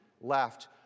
left